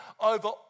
over